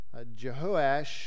Jehoash